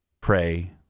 pray